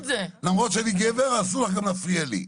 למרות שאני גבר אסור לך גם להפריע לי.